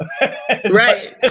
right